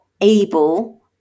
able